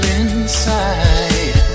inside